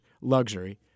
luxury